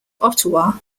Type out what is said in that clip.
ottawa